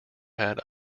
had